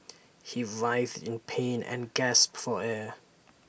he writhed in pain and gasped for air